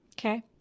Okay